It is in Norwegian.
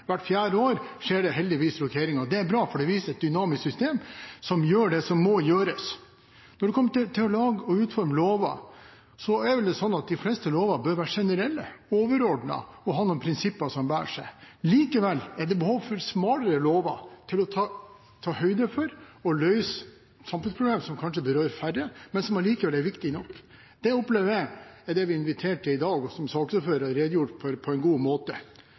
hvert fjerde år skjer det heldigvis rokeringer, og det er bra, for det viser et dynamisk system som gjør det som må gjøres. Når det kommer til det å lage og utforme lover, bør vel de fleste lover være generelle, overordnede og ha noen prinsipper som bærer seg. Likevel er det behov for smalere lover til å ta høyde for og løse samfunnsproblem som kanskje berører færre, men som allikevel er viktige nok. Det opplever jeg er det vi er invitert til i dag, og som saksordføreren redegjorde for på en god måte.